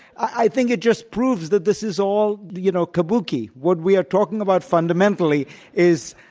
i think it just proves that this is all you know kabuki. what we are talking about fundamentally is,